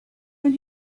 when